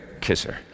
kisser